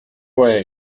way